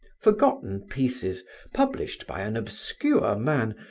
forgotten pieces published by an obscure man,